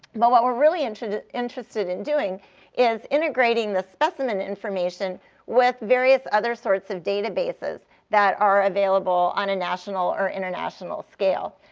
but what we're really interested interested in doing is integrating the specimen information with various other sorts of databases that are available on a national or international scale.